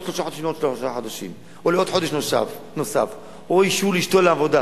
שלושה חודשים או לעוד חודש נוסף או אישור לאשתו לעבודה.